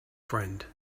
friend